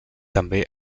també